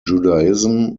judaism